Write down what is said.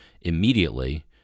immediately